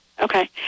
Okay